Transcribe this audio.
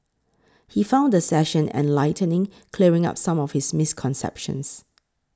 he found the session enlightening clearing up some of his misconceptions